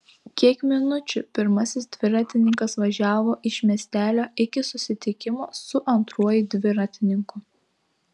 kiek minučių pirmasis dviratininkas važiavo iš miestelio iki susitikimo su antruoju dviratininku